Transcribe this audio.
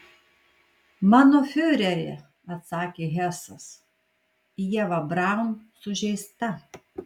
mano fiureri atsakė hesas ieva braun sužeista